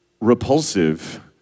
repulsive